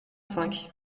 cinq